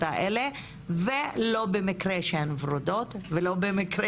הללו וזה לא במקרה שהן וורודות וזה לא במקרה